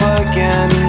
again